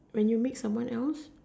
when you meet someone else